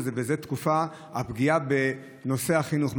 וזו הפגיעה בנושא החינוך.